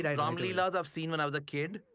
yeah ram leelas i've seen when i was a kid.